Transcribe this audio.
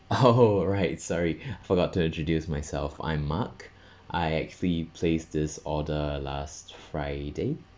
oh right sorry forgot to introduce myself I'm mark I actually placed this order last friday